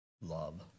love